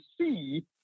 see